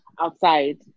outside